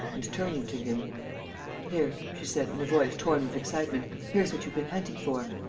and, turning to him here, she said, in a voice torn with excitement. here's what you've been hunting for.